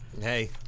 Hey